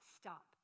stop